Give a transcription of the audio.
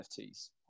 NFTs